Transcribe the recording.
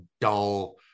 dull